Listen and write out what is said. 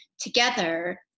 together